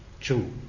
true